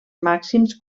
màxims